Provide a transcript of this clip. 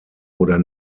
oder